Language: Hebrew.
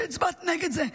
שהצבעת נגד זה.